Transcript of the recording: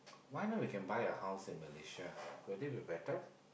why not we can buy a house in Malaysia will that be better